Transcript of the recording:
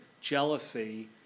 jealousy